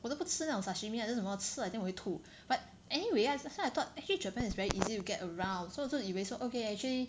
我都不吃那种 sashimi 还是什么吃了 I think 我会吐 but anyway so so I thought actually Japan is very easy to get around so 就以为 so okay actually